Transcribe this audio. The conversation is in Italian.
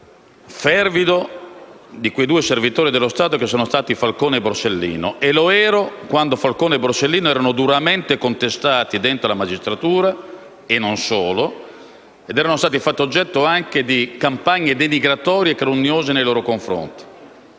fervido di quei due servitori dello Stato che sono stati Falcone e Borsellino. E lo ero quando Falcone e Borsellino erano duramente contestati dentro la magistratura (e non solo) ed erano stati fatti anche oggetto di campagne denigratorie e calunniose nei loro confronti.